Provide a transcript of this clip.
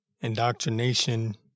indoctrination